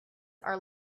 are